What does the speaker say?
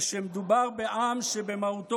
שתוביל גם לחוסר